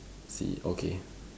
silly okay